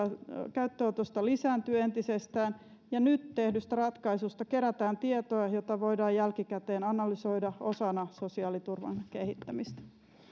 käyttöönotosta lisääntyy entisestään ja nyt tehdystä ratkaisusta kerätään tietoa jota voidaan jälkikäteen analysoida osana sosiaaliturvan kehittämistä